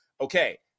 okay